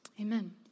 Amen